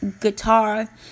guitar